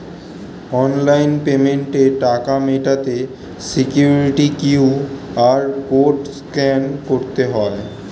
online পেমেন্টে টাকা মেটাতে সিকিউরিটি কিউ.আর কোড স্ক্যান করতে হয়